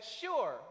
sure